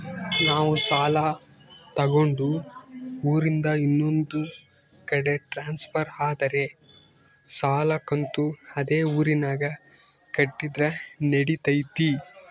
ನಾವು ಸಾಲ ತಗೊಂಡು ಊರಿಂದ ಇನ್ನೊಂದು ಕಡೆ ಟ್ರಾನ್ಸ್ಫರ್ ಆದರೆ ಸಾಲ ಕಂತು ಅದೇ ಊರಿನಾಗ ಕಟ್ಟಿದ್ರ ನಡಿತೈತಿ?